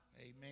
Amen